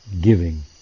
giving